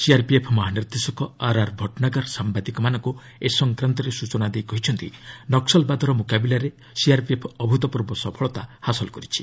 CRPF ମହାନିର୍ଦ୍ଦେଶକ R R Bhatnagar ସାମ୍ବାଦିକମାନଙ୍କୁ ଏ ସଂକ୍ରାନ୍ତରେ ସ୍ନଚନା ଦେଇ କହିଛନ୍ତି ନକ୍ୱଲବାଦର ମୁକାବିଲାରେ ସିଆର୍ପିଏଫ୍ ଅଭୃତ୍ପୂର୍ବ ସଫଳତା ହାସଲ କରିଛି